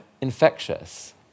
infectious